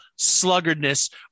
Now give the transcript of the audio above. sluggardness